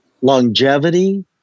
longevity